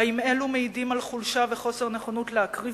האם אלו מעידים על חולשה וחוסר נכונות להקריב